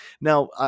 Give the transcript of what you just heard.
Now